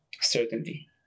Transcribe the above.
certainty